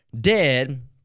dead